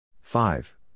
Five